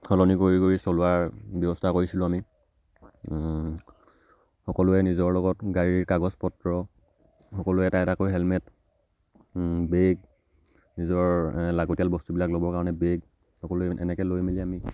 সলনি কৰি কৰি চলোৱাৰ ব্যৱস্থা কৰিছিলোঁ আমি সকলোৱে নিজৰ লগত গাড়ীৰ কাগজ পত্ৰ সকলোৱে এটা এটাকৈ হেলমেট বেগ নিজৰ লাগতীয়াল বস্তুবিলাক ল'বৰ কাৰণে বেগ সকলোৱে এনেকৈ লৈ মেলি আমি